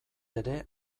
ere